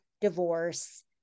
divorce